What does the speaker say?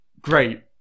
great